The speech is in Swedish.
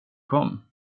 kom